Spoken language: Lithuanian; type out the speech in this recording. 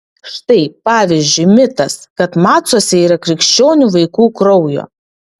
štai pavyzdžiui mitas kad macuose yra krikščionių vaikų kraujo